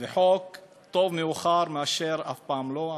חוק, טוב מאוחר מאשר אף פעם לא.